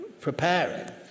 preparing